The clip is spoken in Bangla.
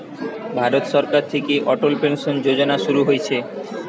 ভারত সরকার থিকে অটল পেনসন যোজনা শুরু হইছে